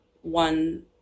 one